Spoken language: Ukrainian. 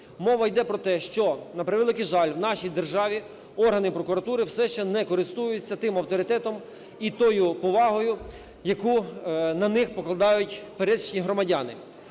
Мова йде про те, що, на превеликий жаль, в нашій державі органи прокуратури все ще не користуються тим авторитетом і тою повагою, яку на них покладають пересічні громадяни.